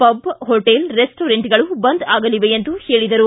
pub hotel ರೆಸ್ಟೋರೆಂಟ್ಗಳು ಬಂದ್ ಆಗಲಿವೆ ಎಂದು ಹೇಳಿದರು